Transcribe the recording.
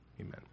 Amen